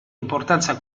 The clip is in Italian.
importanza